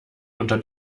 unter